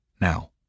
now